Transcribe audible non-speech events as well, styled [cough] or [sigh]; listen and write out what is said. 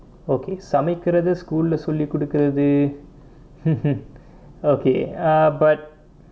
okay சமைக்குறது:samaikkurathu school leh சொல்லிக்கொடுக்குறது:sollikodukurathu [laughs] okay ah but